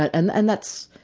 but and and that's,